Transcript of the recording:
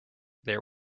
there